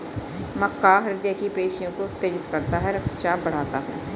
मक्का हृदय की पेशियों को उत्तेजित करता है रक्तचाप बढ़ाता है